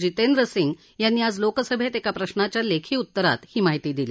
जितेंद्र सिंग यांनी आज लोकसभेत एका प्रश्राच्या लेखी उत्तरात ही माहिती दिली